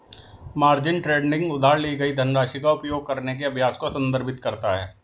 margin trading उधार ली गई धनराशि का उपयोग करने के अभ्यास को संदर्भित करता है